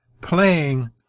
playing